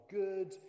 good